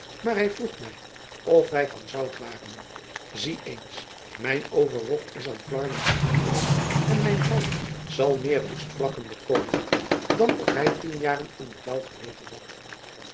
maar hij vroeg mij of wij van zout waren zie eens mijn overrok is aan flarden gehageld en mijn helm zal meer roestvlakken bekomen dan of hij tien jaren in den dauw gelegen had